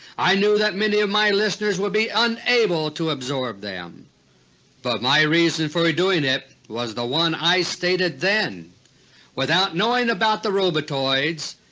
i knew that many of my listeners would be unable to absorb them but my reason for ah doing it was the one i stated then without knowing about the robotoids,